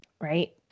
right